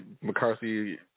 McCarthy